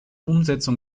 umsetzung